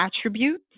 attributes